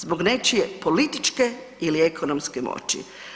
Zbog nečije političke ili ekonomske moći.